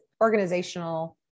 organizational